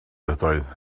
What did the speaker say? ydoedd